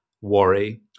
worry